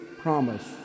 promise